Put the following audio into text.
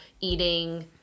eating